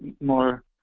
more